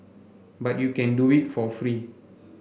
but you can do it for free